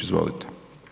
Izvolite.